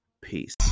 Peace